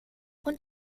und